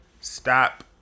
stop